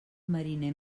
mariner